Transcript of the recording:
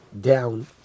down